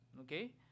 Okay